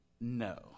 No